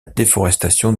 déforestation